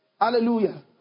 Hallelujah